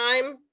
time